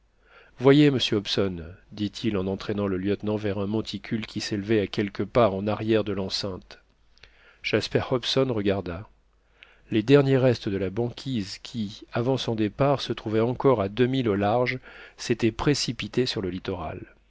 voyez monsieur hobson dit-il en entraînant le lieutenant vers un monticule qui s'élevait à quelques pas en arrière de l'enceinte jasper hobson regarda les derniers restes de la banquise qui avant son départ se trouvaient encore à deux milles au large s'étaient précipités sur le littoral